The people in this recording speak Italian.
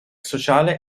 sociale